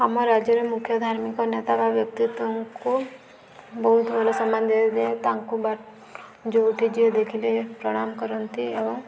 ଆମ ରାଜ୍ୟରେ ମୁଖ୍ୟ ଧାର୍ମିକ ନେତା ବା ବ୍ୟକ୍ତିତ୍ଵଙ୍କୁ ବହୁତ ଭଲ ସମ୍ମାନ ଦିଆଯାଇଥାଏ ତାଙ୍କୁ ବା ଯେଉଁଠି ଯିଏ ଦେଖିଲେ ପ୍ରଣାମ କରନ୍ତି ଏବଂ